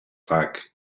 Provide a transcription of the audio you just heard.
bag